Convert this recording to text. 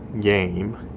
game